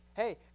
hey